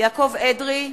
יעקב אדרי,